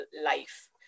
life